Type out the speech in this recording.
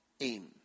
aim